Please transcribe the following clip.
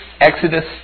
Exodus